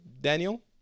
Daniel